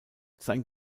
sein